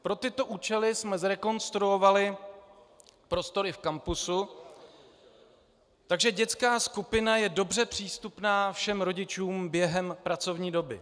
Pro tyto účely jsme zrekonstruovali prostory v kampusu, takže dětská skupina je dobře přístupná všem rodičům během pracovní doby.